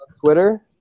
Twitter